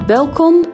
Welkom